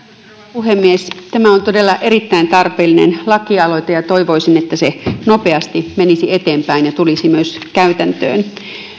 puhemies tämä on todella erittäin tarpeellinen lakialoite ja toivoisin että se nopeasti menisi eteenpäin ja tulisi myös käytäntöön